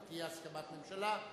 ותהיה הסכמת הממשלה,